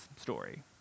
story